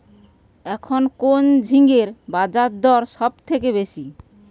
এখন কোন ঝিঙ্গের বাজারদর সবথেকে বেশি?